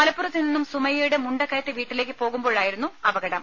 മലപ്പുറത്തുനിന്നും സുമയ്യയുടെ മുണ്ടക്കയത്തെ വീട്ടിലേക്ക് പോകുമ്പോഴായിരുന്നു അപകടം